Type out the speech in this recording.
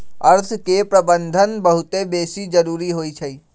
अर्थ के प्रबंधन बहुते बेशी जरूरी होइ छइ